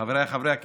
חבריי חברי הכנסת,